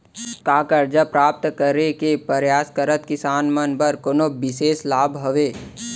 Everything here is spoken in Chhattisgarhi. का करजा प्राप्त करे के परयास करत किसान मन बर कोनो बिशेष लाभ हवे?